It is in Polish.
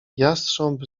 jastrząb